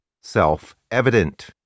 self-evident